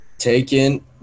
taken